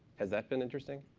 has that been interesting?